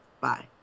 Bye